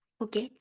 forget